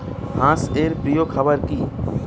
হাঁস এর প্রিয় খাবার কি?